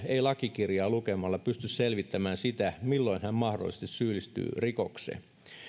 ei lakikirjaa lukemalla pysty selvittämään sitä milloin hän mahdollisesti syyllistyy rikokseen